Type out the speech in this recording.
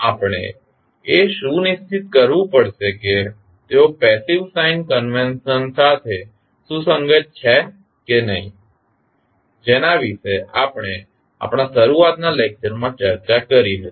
આપણે એ સુનિશ્ચિત કરવું પડશે કે તેઓ પેસિવ સાઇન કન્વેન્શન સાથે સુસંગત છે કે નહિ જેના વિશે આપણે આપણા શરુઆતના લેક્ચરમાં ચર્ચા કરી હતી